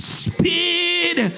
speed